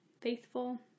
faithful